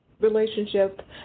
Relationship